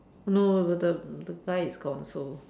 no the the the guy is gone so